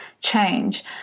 change